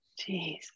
Jeez